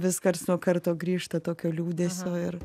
vis karts nuo karto grįžta tokio liūdesio ir